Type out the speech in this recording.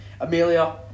Amelia